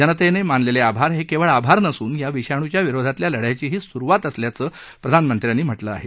जनतेने मानलेले आभार हे केवळ आभार नसून या विषाणूच्या विरोधातल्या लढ्याची ही सुरवात असल्यांच त्यांनी म्हटलं आहे